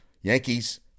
Yankees